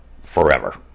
forever